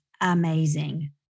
amazing